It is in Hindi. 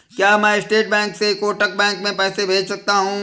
क्या मैं स्टेट बैंक से कोटक बैंक में पैसे भेज सकता हूँ?